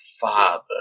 father